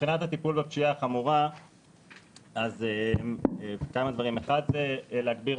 מבחינת הטיפול בפשיעה החמורה אז כמה דברים: 1. להגביר